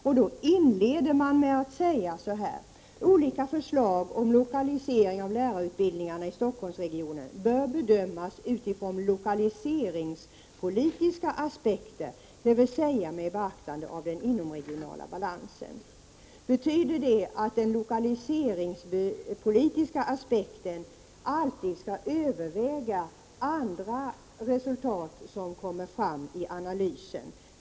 Utskottet inleder med att säga: ”Olika förslag om lokalisering av lärarutbildningarna i Stockholmsregionen bör bedömas utifrån lokaliseringspolitiska aspekter, dvs. med beaktande av den inomregionala balansen.” Betyder detta att den lokaliseringspolitiska aspekten alltid skall överväga andra resultat som kommer fram i analysen?